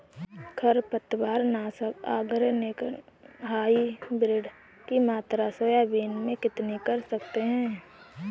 खरपतवार नाशक organic hybrid की मात्रा सोयाबीन में कितनी कर सकते हैं?